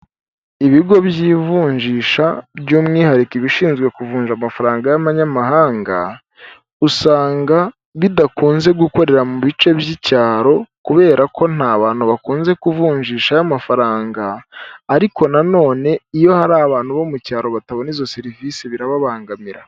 Ibigo by'ivunjisha by'umwihariko ibishinzwe kuvunja amafaranga y'amanyamahanga usanga bidakunze gukorera mu bice by'icyaro kubera ko nta bantu bakunze kuvunjishayo amafaranga, ariko na none iyo hari abantu bo mu cyaro batabona izo serivisi birababangamira.